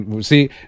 See